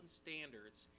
standards